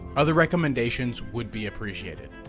other recommendations would be appreciated.